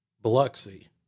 Biloxi